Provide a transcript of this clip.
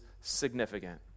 significant